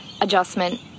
adjustment